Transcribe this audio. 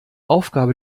aufgabe